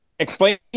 Explain